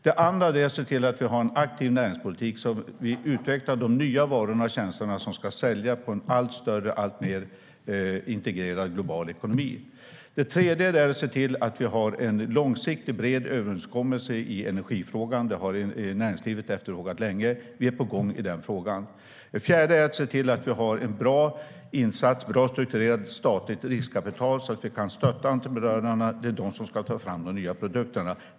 Det andra är att se till att vi har en aktiv näringspolitik där man utvecklar de nya varorna och tjänsterna som ska sälja i en allt större och alltmer integrerad global ekonomi. Det tredje är att se till att vi har en långsiktig och bred överenskommelse i energifrågan. Det har näringslivet efterfrågat länge, och vi är på gång i den frågan. Det fjärde är att se till att vi har ett bra strukturerat statligt riskkapital så att vi kan stötta entreprenörerna eftersom det är de som ska ta fram de nya produkterna.